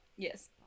Yes